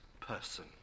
person